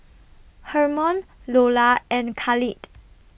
Hermon Loula and Khalid